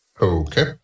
Okay